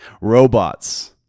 robots